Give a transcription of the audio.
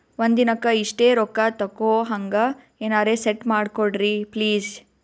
ಒಂದಿನಕ್ಕ ಇಷ್ಟೇ ರೊಕ್ಕ ತಕ್ಕೊಹಂಗ ಎನೆರೆ ಸೆಟ್ ಮಾಡಕೋಡ್ರಿ ಪ್ಲೀಜ್?